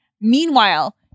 Meanwhile